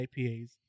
IPAs